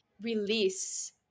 release